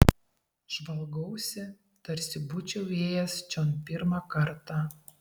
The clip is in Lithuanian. žvalgausi tarsi būčiau įėjęs čion pirmą kartą